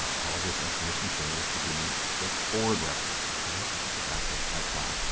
all of this information changes to give me the ford records. ok, so we'll go back to exxon,